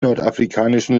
nordafrikanischen